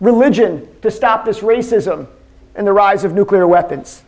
religion to stop this racism and the rise of nuclear weapons